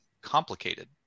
complicated